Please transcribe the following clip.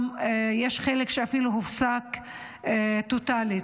גם יש חלק שאפילו הופסק טוטלית.